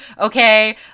Okay